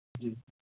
جی